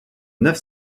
neuf